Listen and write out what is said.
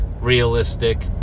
Realistic